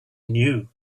knew